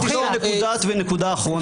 רק עוד נקודה אחרונה.